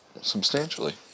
substantially